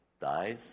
dies